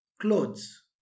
Clothes